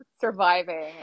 surviving